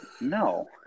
no